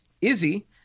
Izzy